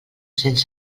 cents